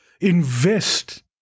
invest